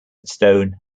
stone